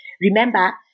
remember